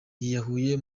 yiyahuye